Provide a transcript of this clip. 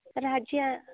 राज्य